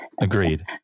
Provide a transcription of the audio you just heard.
Agreed